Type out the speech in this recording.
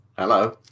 Hello